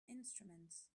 instruments